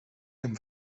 dem